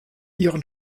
ihren